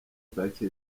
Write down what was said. parike